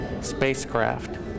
spacecraft